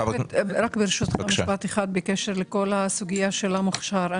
ברשותך משפט אחד בקשר לכל הסוגייה של המוכשר.